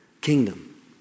Kingdom